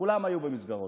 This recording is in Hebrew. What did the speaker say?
כולן היו במסגרות.